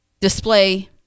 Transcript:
display